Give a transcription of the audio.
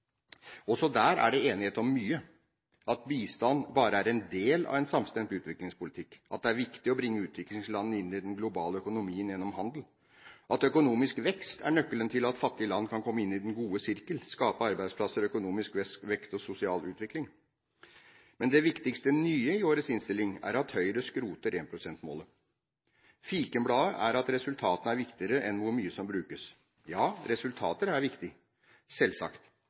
Også der er det enighet om mye: at bistand bare er en del av en samstemt utviklingspolitikk, at det er viktig å bringe utviklingslandene inn i den globale økonomien gjennom handel, og at økonomisk vekst er nøkkelen til at fattige land kan komme inn i den gode sirkel, skape arbeidsplasser, økonomisk vekst og sosial utvikling. Det viktigste nye i årets innstilling er at Høyre skroter 1pst.-målet. Fikenbladet er at resultatene er viktigere enn hvor mye som brukes. Ja, resultater er viktig, selvsagt.